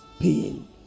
pain